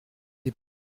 des